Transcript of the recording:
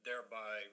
thereby